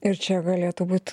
ir čia galėtų būt